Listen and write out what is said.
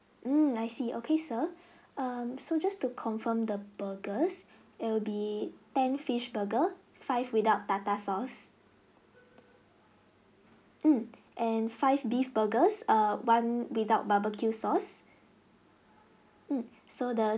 mm I see okay sir um so just to confirm the burgers it will be ten fish burger five without tartar sauce mm and five beef burgers err one without barbecue sauce mm so the